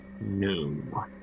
No